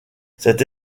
cette